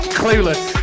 clueless